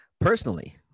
personally